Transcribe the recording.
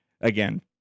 again